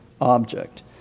object